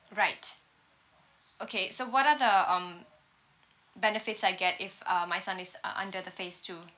right okay so what are the um benefits I get if uh my son is uh under the phase two